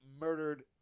murdered